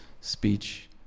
Speech